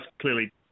clearly